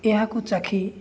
ଏହାକୁ ଚାଖି